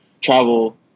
travel